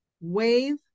wave